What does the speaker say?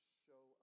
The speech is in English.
show